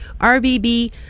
RBB